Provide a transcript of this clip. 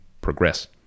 progress